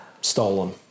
stolen